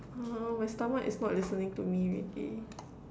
ha my stomach is not listening to me already